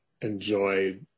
enjoy